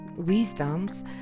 wisdoms